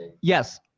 Yes